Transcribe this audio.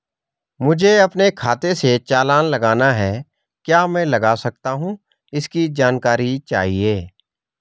मुझे अपने खाते से चालान लगाना है क्या मैं लगा सकता हूँ इसकी जानकारी चाहिए?